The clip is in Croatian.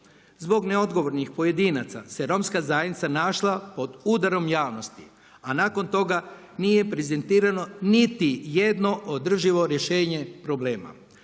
Zbog neodgovornih pojedinaca se romska zajednica našla pod udarom javnosti a nakon toga nije prezentirano niti jedno održivo rješenje problema.